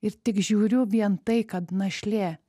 ir tik žiūriu vien tai kad našlė